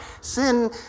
Sin